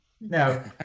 no